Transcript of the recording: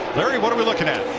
larry, what are we looking at?